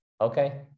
Okay